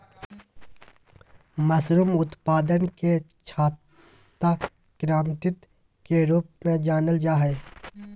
mushroom उत्पादन के छाता क्रान्ति के रूप में जानल जाय हइ